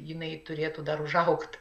jinai turėtų dar užaugti